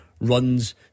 runs